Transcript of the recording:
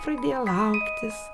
pradėjo lauktis